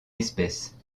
espèce